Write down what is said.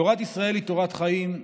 תורת חיים.